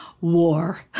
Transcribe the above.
War